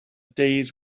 days